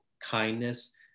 kindness